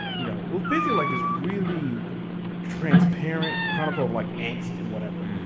you know it was basically like this really transparent chronicle of, like, angst and whatever.